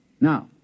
Now